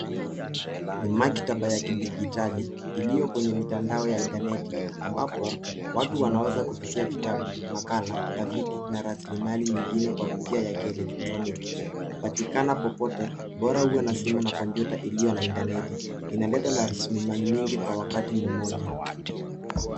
Ni maktaba ya kidijitali, ilio kwenye mitandao ya intaneti, ambapo, watu wanaweza kufikia vitabu, makala, tafiti, na rasilimali nyingine kwa njia ya kieletroniki. Hupatikana popote, bora uwe na simu na kompyuta ilio na intaneti. Inaleta rasilimali nyingi kwa wakati mmoja.